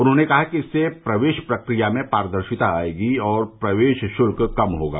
उन्होंने कहा कि इससे प्रवेश प्रक्रिया में पारदर्शिता आएगी और प्रवेश शुल्क कम होगा